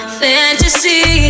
fantasy